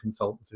consultancies